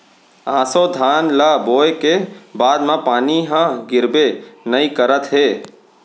ऑसो धान ल बोए के बाद म पानी ह गिरबे नइ करत हे